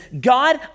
God